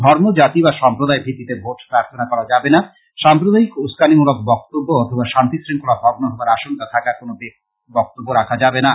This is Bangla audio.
ধর্ম জাতি বা সম্প্রদায় ভিত্তিতে ভোট প্রার্থনা করা যাবেনা সাম্প্রদায়িক উস্কানিমূলক বক্তব্য অথবা শান্তি শৃঙ্খলা ভগ্ন হবার আশঙ্কা থাকা কোন বক্তব্য রাখা যাবেনা